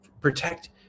protect